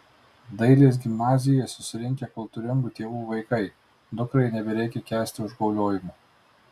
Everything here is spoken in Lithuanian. dailės gimnazijoje susirinkę kultūringų tėvų vaikai dukrai nebereikia kęsti užgauliojimų